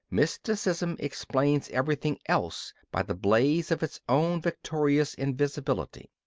mysticism explains everything else by the blaze of its own victorious invisibility.